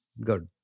good